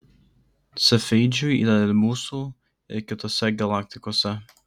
cefeidžių yra ir mūsų ir kitose galaktikose